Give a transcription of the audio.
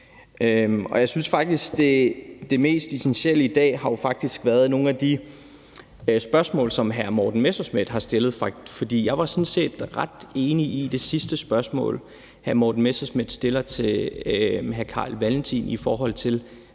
Og jeg synes jo faktisk, at det mest essentielle i dag har været nogle af de spørgsmål, som hr. Morten Messerschmidt har stillet. For jeg var sådan set ret enig i det sidste spørgsmål, hr. Morten Messerschmidt stillede til hr. Carl Valentin i forhold til,